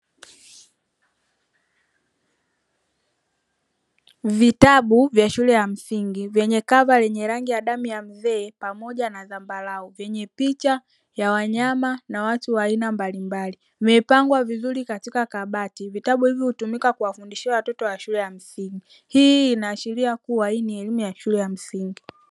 Vitabu vya shule ya msingi vyenye kava lenye rangi ya damu ya mzee pamoja na zambarau, yenye picha pamoja na mnyama na watu mbalimbali. Vimepangwa vizuri katika kabati, vitabu hivi hutumika kwa ajili ya kuwafundishia watoto wa shule ya msingi. Hii inaashiria kuwa ni elimu ya shule ya msingi.